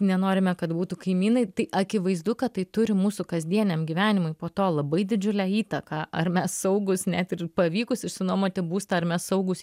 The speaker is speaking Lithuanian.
nenorime kad būtų kaimynai tai akivaizdu kad tai turi mūsų kasdieniam gyvenimui po to labai didžiulę įtaką ar mes saugūs net ir pavykus išsinuomoti būstą ar mes saugūs